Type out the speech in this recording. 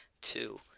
two